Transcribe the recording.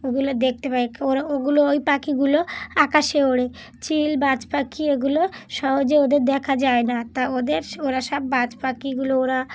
ওগুলো দেখতে পাই ওরা ওগুলো ওই পাখিগুলো আকাশে ওড়ে চিল বাজ পাখি এগুলো সহজে ওদের দেখা যায় না তা ওদের ওরা সব বাজ পাখিগুলো ওরা